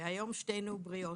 היום שתינו בריאות.